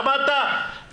שמעת?